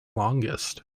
longest